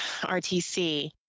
RTC